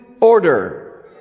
order